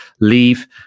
leave